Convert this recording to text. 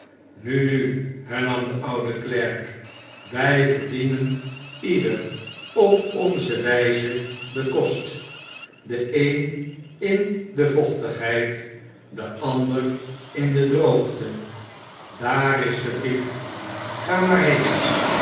nu nu hernam de oude klerk wij verdienen ieder op onze wjjze den kost de een in de vochtigheid de ander in de droogte daar is de brief ga maar heen